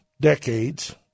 decades